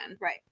Right